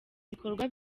ibikorwa